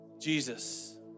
Jesus